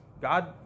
God